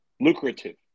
Lucrative